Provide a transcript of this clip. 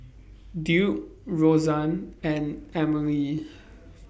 Duke Roseann and Emely